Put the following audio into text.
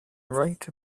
right